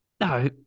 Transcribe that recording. No